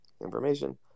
Information